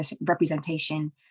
representation